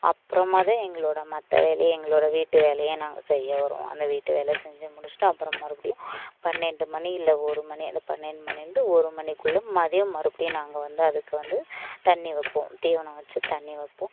அப்புறமா தான் எங்களோடு மற்ற வேலையை எங்களோடய வீட்டு வேலையை நாங்கள் செய்ய வருவோம் அந்த வீட்டு வேலை செஞ்சு முடிச்சுட்டு அப்புறம் மறுபடியும் பன்னெண்டு மணி இல்லை ஒரு மணி அந்த பன்னெண்டு மணியிலேருந்து ஒரு மணிக்குள்ள மதியம் மறுபடியும் நாங்கள் வந்து அதுக்கு வந்து தண்ணீ வைப்போம் தீவனம் வச்சு தண்ணீ வைப்போம்